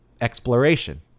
exploration